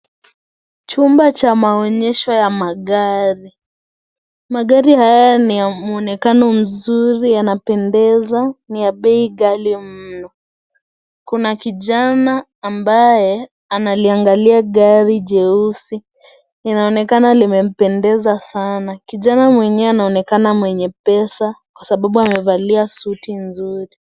Chumba cha maonyesho ya magari. Magari haya ni ya mwonekano mzuri, yanapendeza. Ni ya bei ghali mno. Kuna kijana ambaye analiangakia gari hilo jeusi. Inaonekana imempendeza sana. Kijana mwenyewe anaonekana mwenye pesa kwa sababu amevalia suti nzuri.